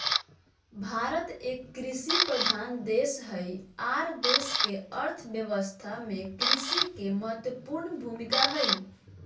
भारत एक कृषि प्रधान देश हई आर देश के अर्थ व्यवस्था में कृषि के महत्वपूर्ण भूमिका हई